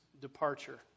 departure